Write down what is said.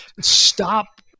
stop